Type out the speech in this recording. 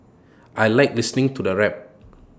I Like listening to the rap